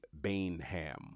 Bainham